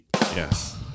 Yes